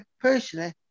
Personally